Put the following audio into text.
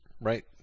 Right